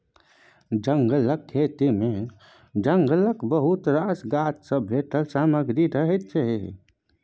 जंगलक खेती मे जंगलक बहुत रास गाछ सँ भेटल सामग्री रहय छै